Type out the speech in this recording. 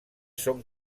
són